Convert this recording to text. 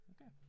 Okay